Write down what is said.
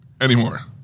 anymore